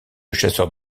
chasseurs